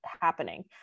happening